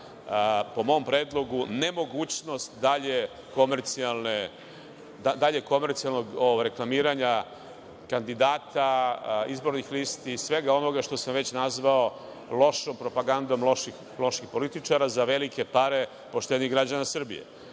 po mom predlogu, nemogućnost daljeg komercijalnog reklamiranja kandidata, izbornih listi, svega onoga što sam već nazvao lošom propagandom loših političara za velike pare poštenih građana Srbije. Mislim